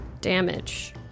damage